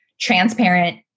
transparent